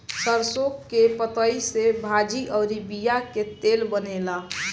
सरसों के पतइ से भाजी अउरी बिया के तेल बनेला